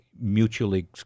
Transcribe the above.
mutually